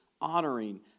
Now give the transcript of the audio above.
honoring